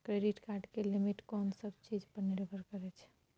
Credit card के limit कोन सब चीज पर निर्भर करै छै?